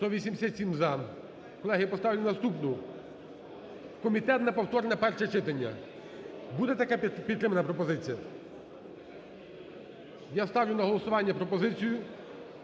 За-187 Колеги, я поставлю наступну. Комітет на повторне перше читання. Буде така підтримана пропозиція? Я ставлю на голосування пропозицію